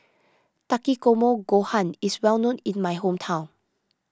Takikomi Gohan is well known in my hometown